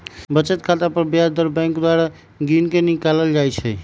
बचत खता पर ब्याज दर बैंक द्वारा गिनके निकालल जाइ छइ